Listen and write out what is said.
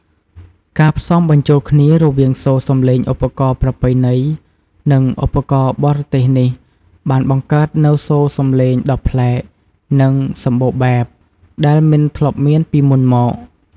ការផ្សំបញ្ចូលគ្នារវាងសូរសំឡេងឧបករណ៍ប្រពៃណី និងឧបករណ៍បរទេសនេះ បានបង្កើតនូវ សូរសំឡេងដ៏ប្លែក និង សម្បូរបែប ដែលមិនធ្លាប់មានពីមុនមក។